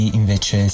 invece